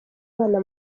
abana